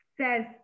says